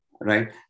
right